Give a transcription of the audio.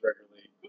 regularly